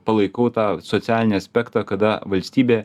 palaikau tą socialinį aspektą kada valstybė